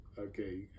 okay